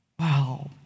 Wow